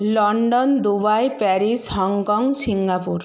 London Dubai Paris Hong Kong Singapore